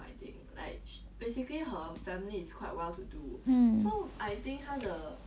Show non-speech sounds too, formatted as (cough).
mmhmm mmhmm 不知道啦 (noise)